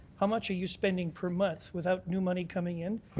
how much are you spending per month without new money coming in?